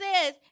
says